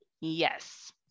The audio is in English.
Yes